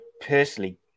personally